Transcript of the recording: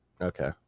Okay